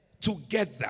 Together